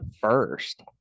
first